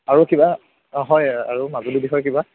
আৰু কিবা অঁ হয় আৰু মাজুলীৰ বিষয়ে কিবা